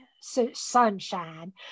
Sunshine